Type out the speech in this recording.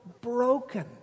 broken